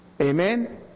Amen